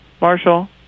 Marshall